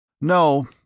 No